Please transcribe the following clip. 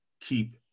keep